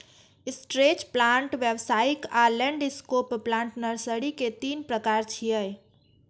stretch plant, व्यावसायिक आ landscape plant nursery के तीन प्रकार छियै